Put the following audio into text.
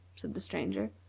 said the stranger.